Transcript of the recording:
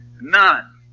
None